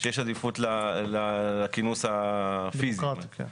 לכינוס הפיזי.